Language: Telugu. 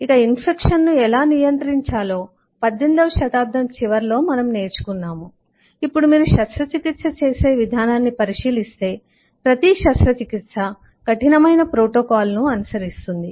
ఇక ఇన్ఫెక్షన్ ను ఎలా నియంత్రించాలో 18 వ శతాబ్దం చివరలో మనము నేర్చుకున్నాము ఇప్పుడు మీరు శస్త్రచికిత్స చేసే విధానాన్ని పరిశీలిస్తే ప్రతి శస్త్రచికిత్స కఠినమైన ప్రోటోకాల్ను అనుసరిస్తుంది